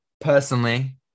personally